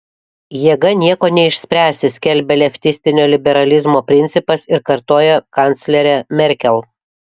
jėga nieko neišspręsi skelbia leftistinio liberalizmo principas ir kartoja kanclerė merkel